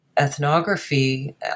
ethnography